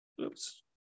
Oops